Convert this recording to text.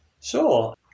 sure